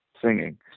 singing